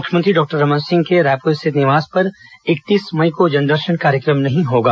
मुख्यमंत्री डॉक्टर रमन सिंह के रायपुर स्थित निवास में इकतीस मई को जनदर्शन कार्यक्रम नहीं होगा